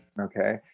Okay